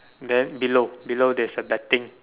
then below below this the betting